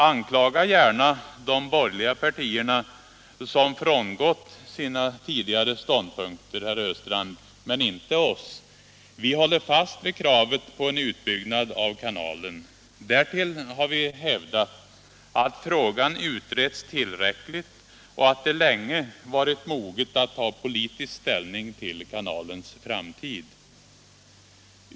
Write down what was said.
Anklaga gärna de borgerliga partierna som frångått sina tidigare ståndpunkter, herr Östrand, men inte oss! Vi håller fast vid kravet på en utbyggnad av kanalen. Därtill har vi hävdat att frågan utretts tillräckligt och att tiden länge varit mogen för ett politiskt ställningstagande till kanalens framtid.